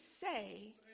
say